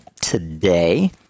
today